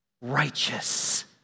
righteous